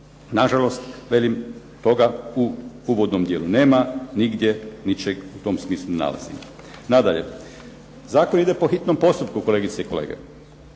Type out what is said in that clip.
Nažalost, velim, toga u uvodnom dijelu nema, nigdje ničeg u tom smislu ne nalazimo. Nadalje, zakon ide po hitnom postupku, kolegice i kolege.